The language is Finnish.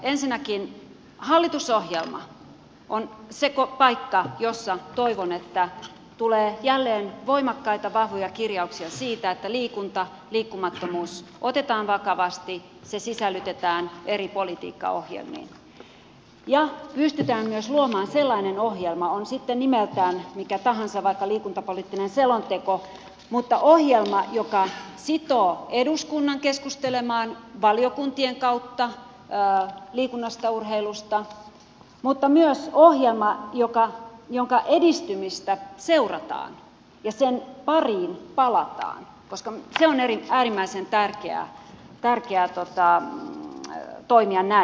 ensinnäkin hallitusohjelma on se paikka jossa toivon tulevan jälleen voimakkaita vahvoja kirjauksia siitä että liikunta liikkumattomuus otetaan vakavasti se sisällytetään eri politiikkaohjelmiin ja pystytään luomaan myös sellainen ohjelma on se sitten nimeltään mikä tahansa vaikka liikuntapoliittinen selonteko joka sitoo eduskunnan keskustelemaan valiokuntien kautta liikunnasta urheilusta mutta myös ohjelma jonka edistymistä seurataan ja jonka pariin palataan koska on äärimmäisen tärkeää toimia näin